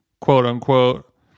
quote-unquote